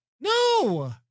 no